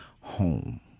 home